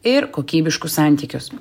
ir kokybiškus santykius